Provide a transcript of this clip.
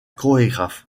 chorégraphe